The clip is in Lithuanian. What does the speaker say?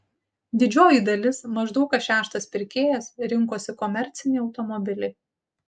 didžioji dalis maždaug kas šeštas pirkėjas rinkosi komercinį automobilį